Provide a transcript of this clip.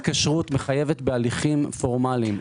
כל התקשרות מחייבת בהליכים פורמליים.